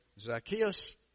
Zacchaeus